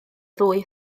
ddwy